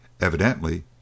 Evidently